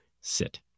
sit